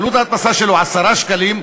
עלות ההדפסה שלו 10 שקלים,